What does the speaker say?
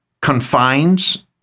confines